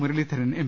Muraleedharan M